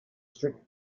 strict